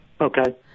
Okay